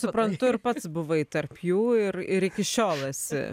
suprantu ir pats buvai tarp jų ir ir iki šiol esi